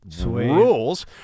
rules